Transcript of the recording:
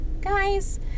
Guys